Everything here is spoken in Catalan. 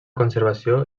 conservació